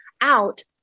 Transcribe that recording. out